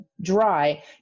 dry